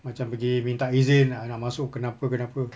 macam pergi minta izin I nak masuk kenapa kenapa